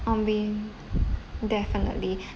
um we definitely